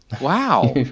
wow